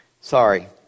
Sorry